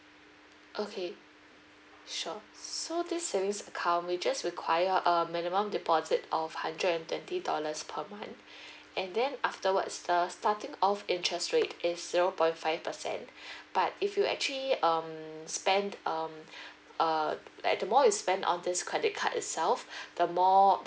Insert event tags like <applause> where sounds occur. okay sure so this savings account we just require a minimum deposit of hundred and twenty dollars per month <noise> and then afterwards the starting off interest rate is zero point five percent but if you actually um spend um uh like the more you spend on this credit card itself the more